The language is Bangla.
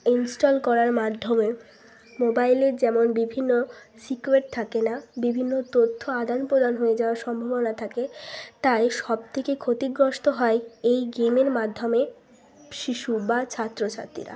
ইনস্টল করার মাধ্যমে মোবাইলের যেমন বিভিন্ন সিকিওরড থাকে না বিভিন্ন তথ্য আদান প্রদান হয়ে যাওয়ার সম্ভবনা থাকে তাই সব থেকে ক্ষতিগ্রস্ত হয় এই গেমের মাধ্যমে শিশু বা ছাত্রছাত্রীরা